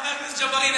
חבר הכנסת ג'בארין,